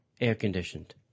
air-conditioned